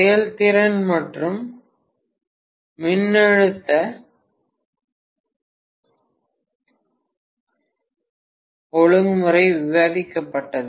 செயல்திறன் மற்றும் மின்னழுத்த ஒழுங்குமுறை விவாதிக்கப்பட்டது